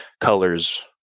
colors